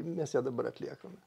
mes ją dabar atliekame